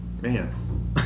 Man